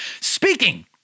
speaking